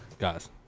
Guys